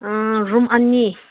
ꯑꯍꯨꯝ ꯑꯅꯤ